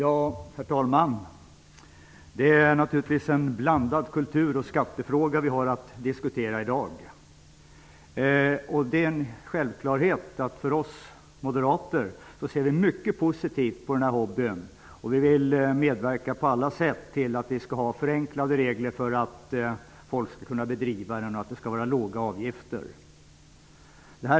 Herr talman! Det är naturligtvis en blandad kulturoch skattefråga vi har att diskutera i dag. Vi moderater ser självfallet mycket positivt på denna hobby. Vi vill på alla sätt medverka till att det skall bli förenklade regler och låga avgifter, så att folk skall kunna syssla med den.